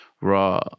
raw